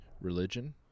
Religion